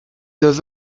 los